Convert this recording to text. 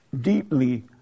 deeply